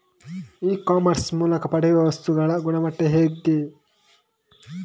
E commerce ಮೂಲಕ ಪಡೆಯುವ ವಸ್ತುಗಳ ಗುಣಮಟ್ಟ ಹೇಗೆ?